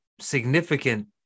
significant